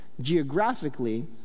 geographically